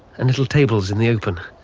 and little tables in the open,